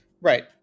Right